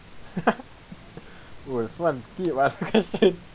keep ask question